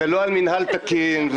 לא על מינהל תקין,